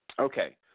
okay